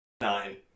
nine